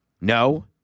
No